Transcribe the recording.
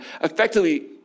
Effectively